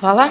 Hvala.